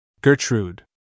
Gertrude